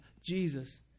Jesus